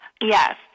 Yes